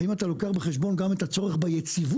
האם אתה לוקח בחשבון גם את הצורך ביציבות